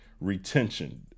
retention